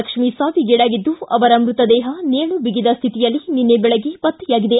ಲಕ್ಷ್ಮಿ ಸಾವಿಗೀಡಾಗಿದ್ದು ಅವರ ಮೃತದೇಹ ನೇಣು ಬಿಗಿದ ಸ್ಥಿತಿಯಲ್ಲಿ ನಿನ್ನೆ ಬೆಳಗ್ಗೆ ಪತ್ತೆಯಾಗಿದೆ